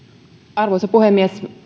arvoisa puhemies